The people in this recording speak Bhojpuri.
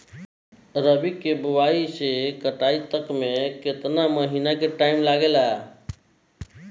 रबी के बोआइ से कटाई तक मे केतना महिना के टाइम लागेला?